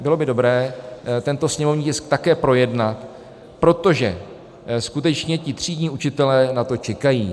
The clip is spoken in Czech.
Bylo by dobré tento sněmovní tisk také projednat, protože skutečně třídní učitelé na to čekají.